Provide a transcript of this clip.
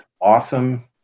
awesome